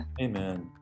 Amen